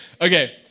Okay